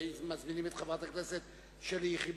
מזמינים את חברת הכנסת שלי יחימוביץ,